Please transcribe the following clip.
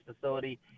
facility